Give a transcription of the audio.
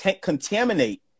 contaminate